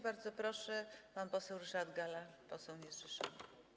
Bardzo proszę, pan poseł Ryszard Galla, poseł niezrzeszony.